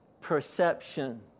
perception